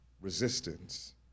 resistance